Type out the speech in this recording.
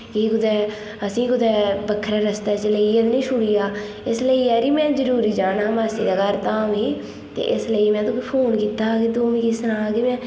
एह् कुतै असें ई कुतै बक्खरे रस्ते च लेइयै ते निं छुड़ी जा इस लेई जरी में जरूरी जाना हा मासी दे घर धाम ही ते इस लेई में तुगी फोन कीता हा कि तू मिगी सनाऽ कि में